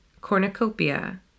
cornucopia